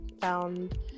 found